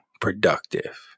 productive